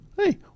Hey